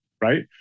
right